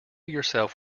yourself